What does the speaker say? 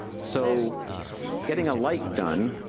so getting a light done,